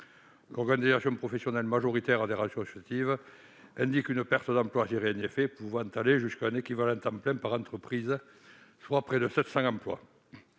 l'organisation professionnelle majoritaire des radios associatives indique une perte d'emplois pouvant aller jusqu'à un équivalent temps plein par entreprise, soit près de 700 emplois